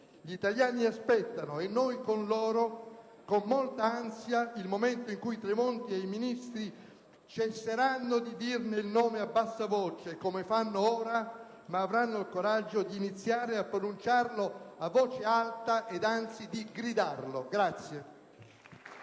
Gli italiani aspettano - e noi con loro - con molta ansia il momento in cui Tremonti e gli altri Ministri cesseranno di dirne il nome a bassa voce, come fanno ora, ma avranno il coraggio di iniziare a pronunciarlo a voce alta ed anzi a gridarlo.